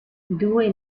due